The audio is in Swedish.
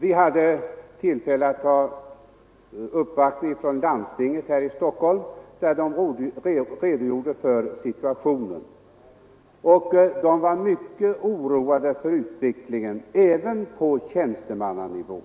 Vi hade tillfälle att ta emot en uppvaktning från landstinget i Stockholm, som redogjorde för situationen. De som gjorde uppvaktningen var mycket oroade för utvecklingen även på tjänstemannanivå.